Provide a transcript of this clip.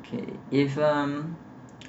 okay if um